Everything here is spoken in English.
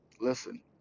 Listen